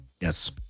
yes